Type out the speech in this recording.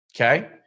okay